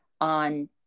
on